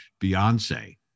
Beyonce